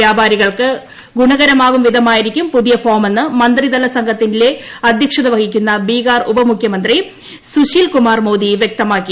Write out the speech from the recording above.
വ്യാപാരികൾക്ക് ഗുണകരമാകുംവിധമായിരിക്കും പുതിയ ഫോമെന്ന് മന്ത്രിതല സംഘത്തിന്റെ അധ്യക്ഷത വഹിക്കുന്ന ബീഹാർ ഉപമുഖ്യമന്ത്രി സുശീൽ കുമാർ മോദി വ്യക്തമാക്കി